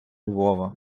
львова